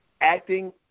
acting